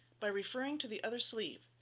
by referring to the other sleeve.